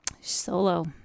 Solo